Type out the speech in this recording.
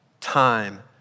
time